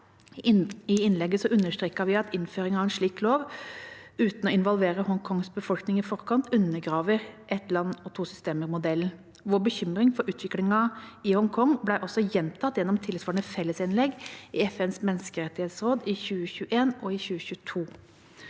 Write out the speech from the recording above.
I innlegget understreket vi at innføring av en slik lov uten å involvere Hongkongs befolkning i forkant undergraver «ett land, to systemer»-modellen. Vår bekymring for utviklingen i Hongkong ble også gjentatt gjennom tilsvarende fellesinnlegg i FNs menneskerettighetsråd i 2021 og i 2022.